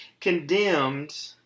condemned